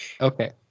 Okay